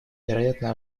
вероятно